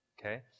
Okay